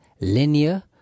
linear